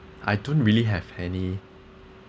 I don't really have any